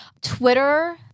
Twitter